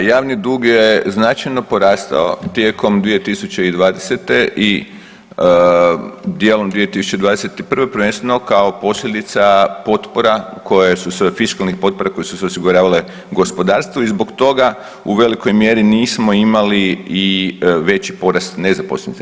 Da, javni dug je značajno porastao tijekom 2020. i dijelom 2021. prvenstveno kao posljedica potpora koje su se, fiskalnih potpora koje su se osiguravale gospodarstvu i zbog toga u velikoj mjeri nismo imali i veći porast nezaposlenih.